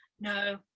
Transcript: no